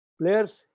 players